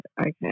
okay